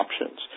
options